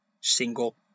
single